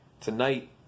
tonight